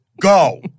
Go